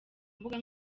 imbuga